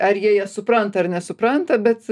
ar jie jas supranta ar nesupranta bet